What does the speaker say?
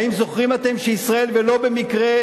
האם זוכרים אתם שישראל, ולא במקרה,